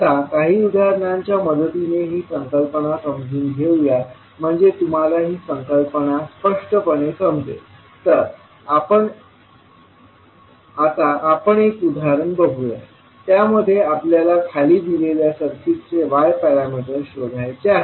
आता काही उदाहरणांच्या मदतीने ही संकल्पना समजून घेऊया म्हणजे तुम्हाला ती संकल्पना स्पष्टपणे समजेल तर आता आपण एक उदाहरण बघूया त्यामध्ये आपल्याला खाली दिलेल्या सर्किटचे y पॅरामीटर्स शोधायचे आहेत